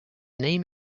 name